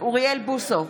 אוריאל בוסו,